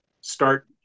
start